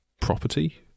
property